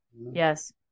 Yes